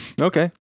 Okay